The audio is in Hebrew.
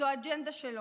זו האג'נדה שלו,